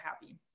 happy